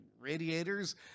radiators